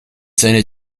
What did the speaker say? seine